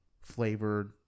flavored